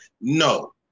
no